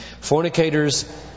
Fornicators